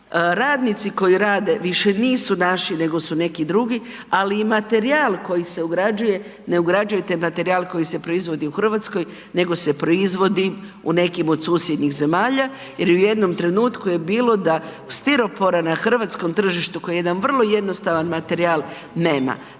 radnici koji rade više nisu naši nego su neki drugi, ali i materijal koji se ugrađuje ne ugrađujete materijal koji se proizvodi u Hrvatskoj nego se proizvodi u nekim od susjednih zemalja jer u jednom trenutku je bilo da stiropora na hrvatskom tržištu koji je jedan vrlo jednostavan materijal nema.